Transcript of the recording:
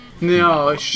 No